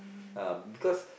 uh because